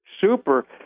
super